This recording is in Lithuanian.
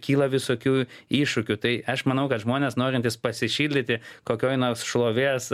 kyla visokių iššūkių tai aš manau kad žmonės norintys pasišildyti kokioj nors šlovės